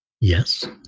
Yes